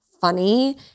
funny